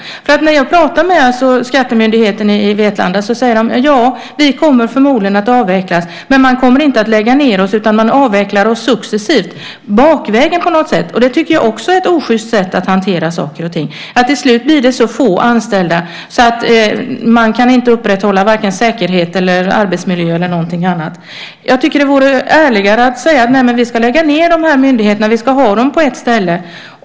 När jag pratar med skattemyndigheten i Vetlanda säger de att ja, vi kommer förmodligen att avvecklas. Men man kommer inte att lägga ned oss utan man avvecklar oss successivt, bakvägen på något sätt. Det tycker jag också är ett osjyst sätt att hantera saker och ting. Till slut blir det så få anställda att man varken kan upprätthålla säkerhet, arbetsmiljö eller något annat. Jag tycker att det vore ärligare att säga: Vi ska lägga ned de här myndigheterna. Vi ska ha dem på ett ställe.